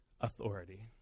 authority